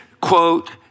quote